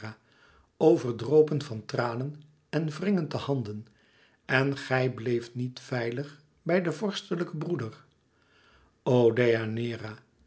overdropen van tranen en wringend de handen en gij bléeft niet veilig bij den vorstelijken broeder